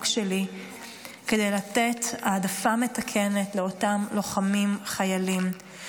שלי כדי לתת העדפה מתקנת לאותם לוחמים חיילים.